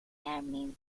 army